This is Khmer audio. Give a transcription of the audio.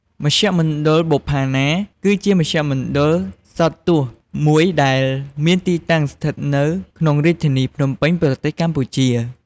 មជ្ឈមណ្ឌលបុប្ផាណា គឺជាមជ្ឈមណ្ឌលសោតទស្សន៍មួយដែលមានទីតាំងស្ថិតនៅក្នុងរាជធានីភ្នំពេញ ប្រទេសកម្ពុជា។